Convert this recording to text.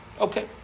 Okay